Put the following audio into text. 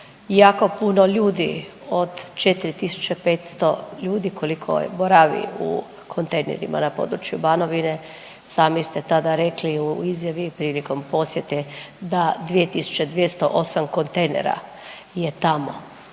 jako puno ljudi od 4.500 ljudi koliko boravi u kontejnerima na području Banovine, sami ste tada rekli u izjavi prilikom posjete da 2208 kontejnera je tamo.